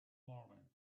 morning